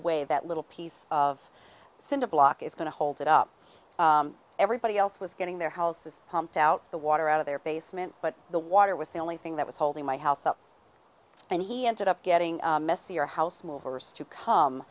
way that little piece of cinder block is going to hold it up everybody else was getting their houses pumped out the water out of their basement but the water was the only thing that was holding my house up and he ended up getting messier house movers to come